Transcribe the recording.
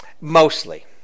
mostly